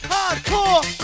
Hardcore